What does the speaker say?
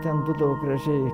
ten būdavo gražiai